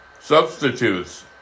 substitutes